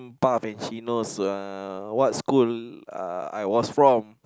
bar and he know uh what school uh I was from